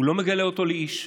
הוא לא מגלה אותו לאיש.